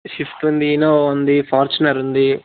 Swift ఉంది Innova ఉంది Fortuner ఉంది